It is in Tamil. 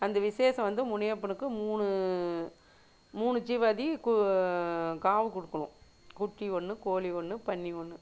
அந்த விசேஷம் வந்து முனியப்பனுக்கு மூணு மூணு ஜீவாதி கு காவு கொடுக்கணும் குட்டி ஒன்று கோழி ஒன்று பன்றி ஒன்று